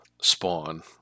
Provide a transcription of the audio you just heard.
Spawn